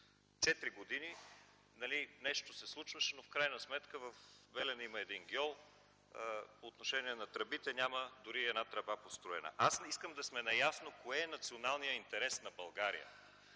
години нещо се случваше, но в крайна сметка в Белене има един гьол, по отношение на тръбите – няма дори и една тръба построена. Аз искам да сме наясно кое е националният интерес на България.